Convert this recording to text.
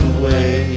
away